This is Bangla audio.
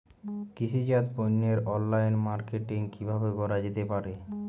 কৃষিজাত পণ্যের অনলাইন মার্কেটিং কিভাবে করা যেতে পারে?